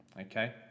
Okay